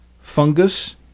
fungus